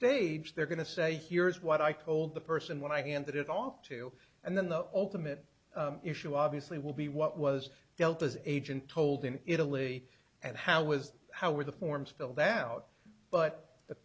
stage they're going to say here is what i told the person when i handed it off to and then the ultimate issue obviously will be what was felt as agent told in italy and how was how were the forms filled out but the